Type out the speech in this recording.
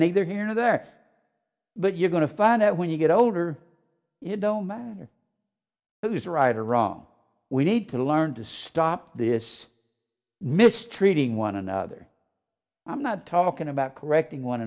neither here nor there but you're going to find out when you get older it don't matter who's right or wrong we need to learn to stop this mistreating one another i'm not talking about correcting one